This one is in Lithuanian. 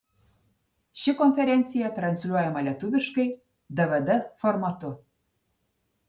ši konferencija transliuojama lietuviškai dvd formatu